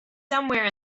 somewhere